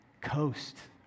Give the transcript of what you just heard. coast